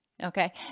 Okay